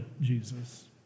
Jesus